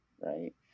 right